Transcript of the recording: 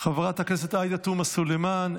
חברת הכנסת עאידה תומא סלימאן,